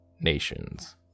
nations